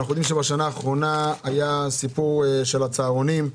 בשנה האחרונה היה סיפור של הצהרונים,